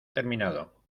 terminado